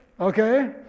okay